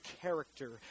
character